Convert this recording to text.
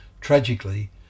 Tragically